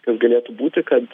kas galėtų būti kad